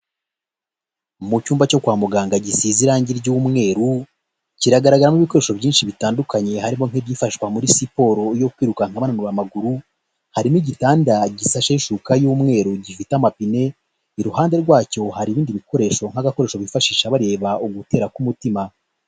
Mu cyumba cyo kwa muganga gisize irangi ry'umweru kigaragaramo ibikoresho byinshi bitandukanye , harimo nk'ibyifashishwa muri siporo yo kwirukanka abantu bananura amaguru, harimo igitanda cy'umweru gifite amapine iruhande rwacyo hari ibindi bikoresho nk'agakoresho bifashisha bareba ugutera k'umutima.